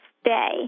stay